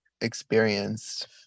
experienced